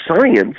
science